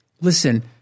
Listen